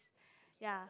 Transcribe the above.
ya